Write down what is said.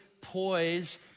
poise